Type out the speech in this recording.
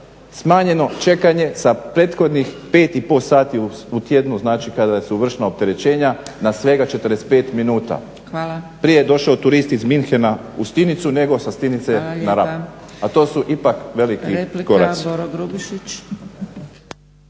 smanjeno čekanje sa prethodnih 5,5 sati u tjednu znači kada su vršena opterećenja na svega 45 minuta. Prije je došao turisti iz Munchena u Stinicu nego sa Stinice na Rab, a to su ipak veliki koraci.